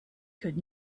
could